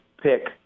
pick